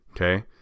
Okay